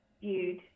viewed